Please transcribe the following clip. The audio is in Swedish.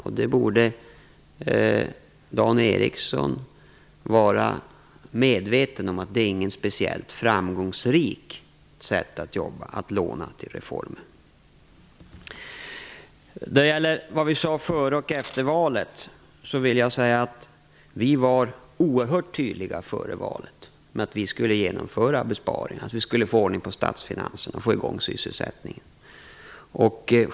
Dan Ericsson borde vara medveten om att det inte är ett speciella framgångsrikt sätt att jobba på, att låna till reformer. När det gäller vad vi sade före och efter valet, var vi oerhört tydliga före valet. Vi skulle genomföra besparingar, få ordning på statsfinanserna och få i gång sysselsättningen.